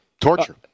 Torture